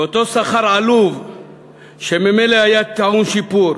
באותו שכר עלוב שממילא היה טעון שיפור,